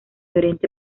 oriente